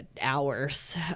hours